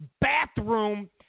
bathroom